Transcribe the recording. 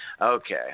Okay